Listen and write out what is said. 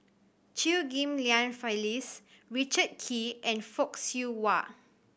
Chew Ghim Lian Phyllis Richard Kee and Fock Siew Wah